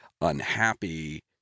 unhappy